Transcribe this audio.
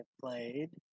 played